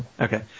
Okay